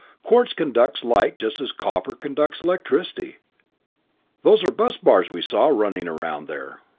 quartz conducts light just as copper conducts electricity those are bus bars we saw running around there.